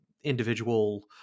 individual